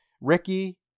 ricky